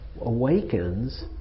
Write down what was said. awakens